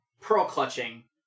pearl-clutching